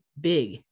big